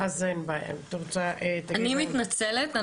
אני מתנצלת,